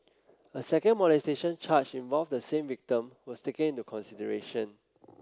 a second molestation charge involve the same victim was taken into consideration